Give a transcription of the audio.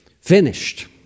Finished